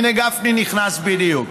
הינה, גפני נכנס בדיוק.